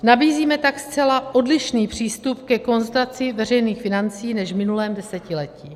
Nabízíme tak zcela odlišný přístup ke konsolidaci veřejných financí než v minulém desetiletí.